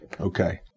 Okay